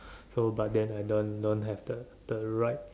so but then I don't don't have the the right